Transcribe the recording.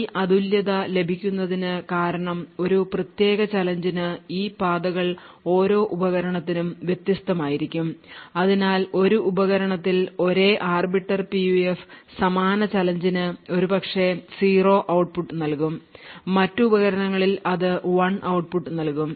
ഈ അതുല്യത ലഭിക്കുന്നത് കാരണം ഒരു പ്രത്യേക ചാലഞ്ച് നു ഈ പാതകൾ ഓരോ ഉപകരണത്തിനും വ്യത്യസ്തമായിരിക്കും അതിനാൽ ഒരു ഉപകരണത്തിൽ ഒരേ ആർബിറ്റർ PUF സമാന ചാലഞ്ച് നു ഒരുപക്ഷേ 0 ഔട്ട്പുട്ട് നൽകും മറ്റ് ഉപകരണങ്ങളിൽ ഇത് 1 ഔട്ട്പുട്ട് നൽകും